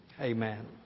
Amen